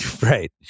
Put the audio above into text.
Right